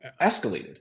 escalated